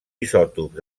isòtops